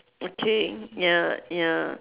okay ya ya